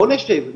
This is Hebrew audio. בואו נשב,